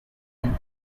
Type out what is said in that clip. and